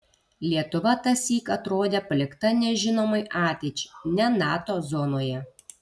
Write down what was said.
lietuva tąsyk atrodė palikta nežinomai ateičiai ne nato zonoje